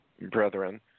brethren